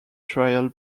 trial